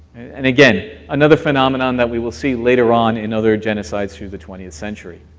and, again, another phenomenon that we will see later on in other genocides through the twentieth century.